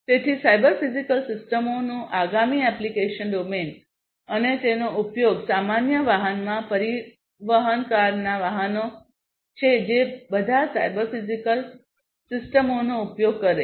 તેથી cyber physical સિસ્ટમોનું આગામી એપ્લિકેશન ડોમેન અને તેનો ઉપયોગ સામાન્ય વાહનમાં પરિવહન કારના વાહનો છે જે બધા સાયબર ફિઝિકલ સિસ્ટમોનો ઉપયોગ કરે છે